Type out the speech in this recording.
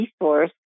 resource